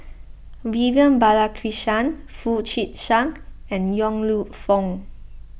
Vivian Balakrishnan Foo Chee San and Yong Lew Foong